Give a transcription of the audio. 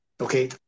Okay